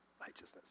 righteousness